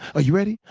are you ready?